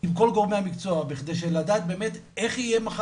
עם כל גורמי המקצוע בכדי לדעת באמת מחר,